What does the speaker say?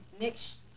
next